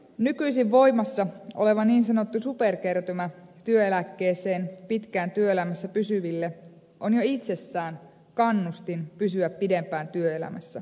nykyisin voimassa oleva niin sanottu superkertymä työeläkkeeseen pitkään työelämässä pysyville on jo itsessään kannustin pysyä pidempään työelämässä